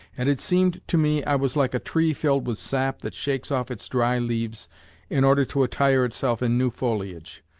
and it seemed to me i was like a tree filled with sap that shakes off its dry leaves in order to attire itself in new foliage.